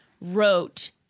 wrote